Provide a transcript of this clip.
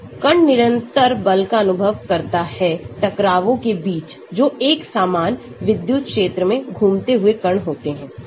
कण निरंतर बल का अनुभव करता है टकरावों के बीच जो एक समान विद्युत क्षेत्र में घूमते हुए कण होते है